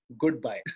Goodbye